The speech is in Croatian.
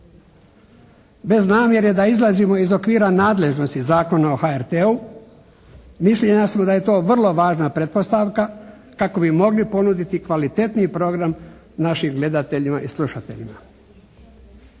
Bez namjere da izlazimo iz okvira nadležnosti Zakona o HRT-u, mišljenja smo da je to vrlo važna pretpostavka kako bi mogli ponuditi kvalitetniji program našim gledateljima i slušateljima.